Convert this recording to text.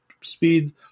speed